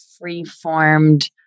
free-formed